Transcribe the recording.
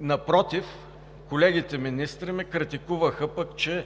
Напротив, колегите министри пък ме критикуваха, че